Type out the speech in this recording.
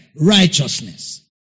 Righteousness